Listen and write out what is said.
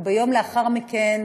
וביום שלאחר מכן